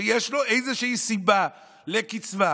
שיש לו איזושהי סיבה לקצבה,